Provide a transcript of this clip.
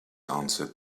answered